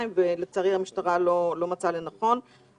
אך לצערי המשטרה לא מצאה לנכון לעשות כן.